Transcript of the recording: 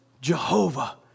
Jehovah